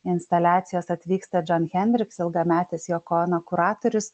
instaliacijos atvyksta jon hendricks ilgametis yoko ono kuratorius